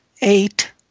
eight